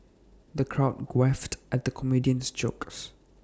the crowd guffawed at the comedian's jokes